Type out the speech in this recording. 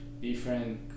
different